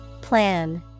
Plan